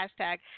hashtag